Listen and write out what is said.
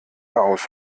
aus